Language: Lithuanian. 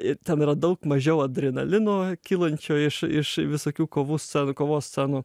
i ten yra daug mažiau adrenalino kylančio iš iš visokių kovų sce kovos scenų